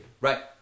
Right